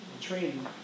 training